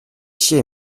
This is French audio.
chier